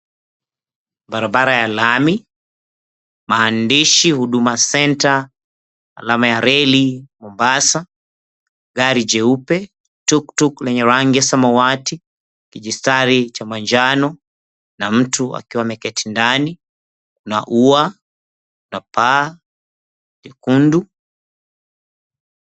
Barabara ya lami, maandishi Huduma center, alama ya 𝑟𝑒𝑙𝑖, Mombasa ,gari jeupe, tuktuku lenye rangi samawati, kijistari cha manjano na mtu akiwa ameketi ndani, na ua, na paa jekundu.